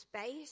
space